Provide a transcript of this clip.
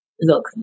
Look